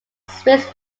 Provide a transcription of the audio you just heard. swiss